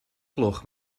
gloch